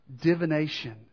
divination